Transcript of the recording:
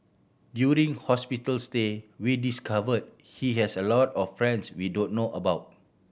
during hospital stay we discovered he has a lot of friends we don't know about